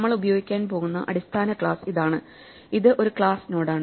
നമ്മൾ ഉപയോഗിക്കാൻ പോകുന്ന അടിസ്ഥാന ക്ലാസ് ഇതാണ് ഇത് ഒരു ക്ലാസ് നോഡാണ്